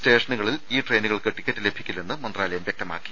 സ്റ്റേഷനുകളിൽ ഈ ട്രെയിനുകൾക്ക് ടിക്കറ്റ് ലഭിക്കില്ലെന്ന് മന്ത്രാലയം വ്യക്തമാക്കി